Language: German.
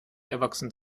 erwachsen